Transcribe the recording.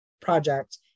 project